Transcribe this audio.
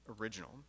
original